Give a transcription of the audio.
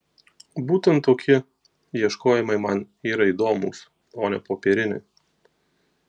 būtent tokie ieškojimai man yra įdomūs o ne popieriniai